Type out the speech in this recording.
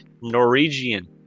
Norwegian